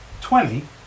Twenty